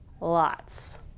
Lots